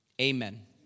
amen